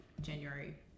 January